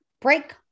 break